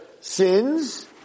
sins